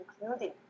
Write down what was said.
including